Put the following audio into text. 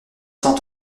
cent